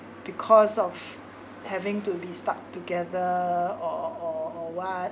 because of having to be stuck together or or or what